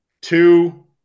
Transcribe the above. two